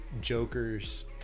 jokers